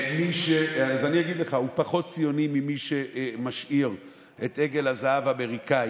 אז אני אגיד לך: הוא פחות ציוני ממי שמשאיר את עגל הזהב האמריקני